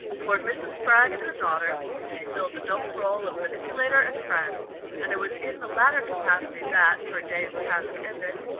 toward mrs. spragg and her daughter she filled the double role of manipulator and friend and it was in the latter capacity that, her day's task ended,